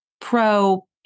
pro